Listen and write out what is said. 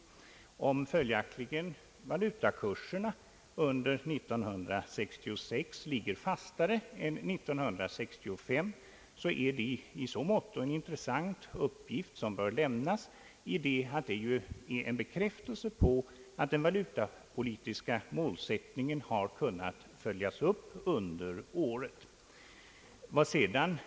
Om följaktligen valutakurserna under år 1966 legat fastare än under 1965, är det i så måtto en intressant uppgift, som bör redovisas, att det utgör en bekräftelse på att den valutapolitiska målsättningen har kunnat följas upp under året.